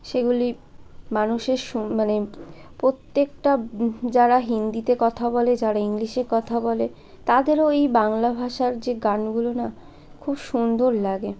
সেগুলি মানুষের মানে প্রত্যেকটা যারা হিন্দিতে কথা বলে যারা ইংলিশে কথা বলে তাদেরও এই বাংলা ভাষার যে গানগুলি না খুব সুন্দর লাগে